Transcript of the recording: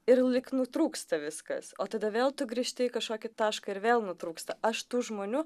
ir lyg nutrūksta viskas o tada vėl grįžti į kažkokį tašką ir vėl nutrūksta aš tų žmonių